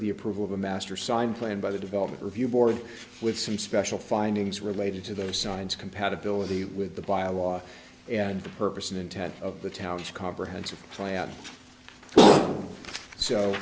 the approval of a master signed plan by the development review board with some special findings related to those signs compatibility with the byelaw and the purpose and intent of the town's comprehensive